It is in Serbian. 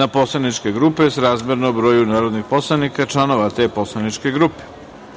na poslaničke grupe srazmerno broju narodnih poslanika članova te poslaničke grupe. Molim